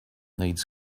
needs